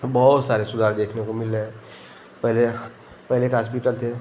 अब बहुत सारे सुधार देखने को मिल रहे हैं पहले पहले के हास्पिटल थे